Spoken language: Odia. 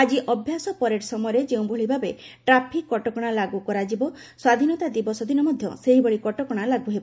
ଆଜି ଅଭ୍ୟାସ ପରେଡ୍ ସମୟରେ ଯେଉଁଭଳି ଭାବେ ଟ୍ରାଫିକ୍ କଟକଣା ଲାଗୁ କରାଯିବ ସ୍ୱାଧୀନତା ଦିବସ ଦିନ ମଧ୍ୟ ସେହିଭଳି କଟକଶା ଲାଗୁ ହେବ